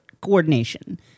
coordination